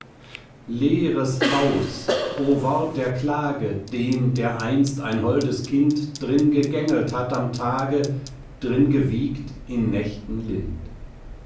leeres haus o wort der klage dem der einst ein holdes kind drin gegängelt hat am tage drin gewiegt in nächten lind